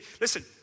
listen